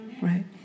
right